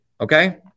Okay